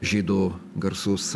žydų garsus